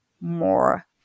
more